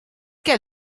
què